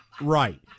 Right